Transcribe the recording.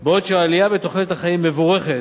בעוד שהעלייה בתוחלת החיים מבורכת,